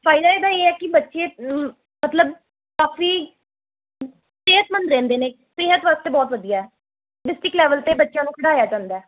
ਫਾਇਦਾ ਇਹ ਦਾ ਇਹ ਹੈ ਕਿ ਬੱਚੇ ਮਤਲਬ ਕਾਫੀ ਸਿਹਤਮੰਦ ਰਹਿੰਦੇ ਨੇ ਸਿਹਤ ਵਾਸਤੇ ਬਹੁਤ ਵਧੀਆ ਡਿਸਟਰਿਕ ਲੈਵਲ 'ਤੇ ਬੱਚਿਆਂ ਨੂੰ ਖਿਡਾਇਆ ਜਾਂਦਾ